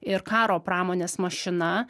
ir karo pramonės mašina